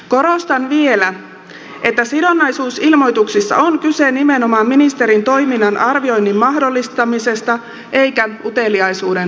korostan vielä että sidonnaisuusilmoituksissa on kyse nimenomaan ministerin toiminnan arvioinnin mahdollistamisesta eikä uteliaisuuden tyydyttämisestä